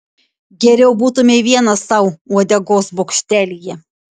geriau būtumei vienas sau uodegos bokštelyje